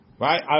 Right